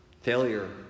failure